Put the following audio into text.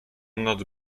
noc